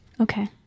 Okay